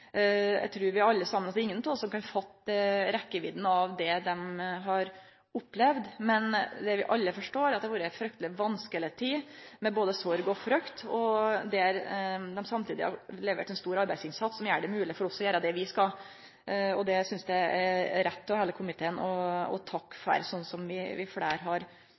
Eg trur ingen av oss kan fatte rekkevidda av det ein har opplevd, men det vi alle forstår, er at det har vore ei frykteleg vanskeleg tid med både sorg og frykt. Men samtidig er det levert ein stor arbeidsinnsats som gjer det mogleg for oss å gjere det vi skal. Det synest eg det er rett av heile komiteen å takke for, som fleire har